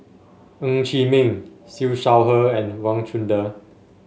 Ng Chee Meng Siew Shaw Her and Wang Chunde